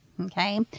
okay